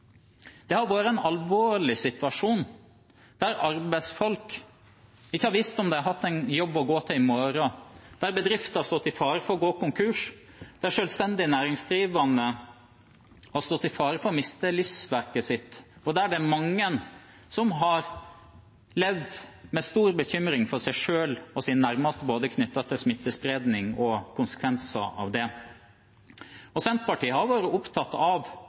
Det har vært en alvorlig situasjon, der arbeidsfolk ikke har visst om de har en jobb å gå til i morgen, der bedrifter har stått i fare for å gå konkurs og selvstendig næringsdrivende har stått i fare for å miste livsverket sitt, og der det er mange som har levd med stor bekymring for seg selv og sine nærmeste, knyttet både til smittespredning og konsekvenser av det. Senterpartiet har bl.a. vært opptatt av